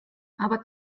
aber